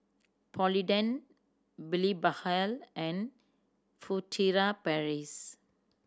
Polident Blephagel and Furtere Paris